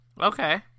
Okay